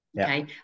okay